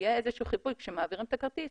וכאשר מעבירים את הכרטיס,